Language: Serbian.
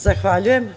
Zahvaljujem.